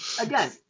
again